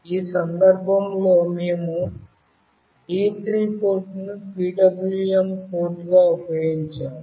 ఈ సందర్భంలో మేము D3 పోర్ట్ను PWM పోర్ట్గా ఉపయోగించాము